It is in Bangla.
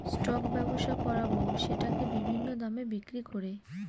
স্টক ব্যবসা করাবো সেটাকে বিভিন্ন দামে বিক্রি করে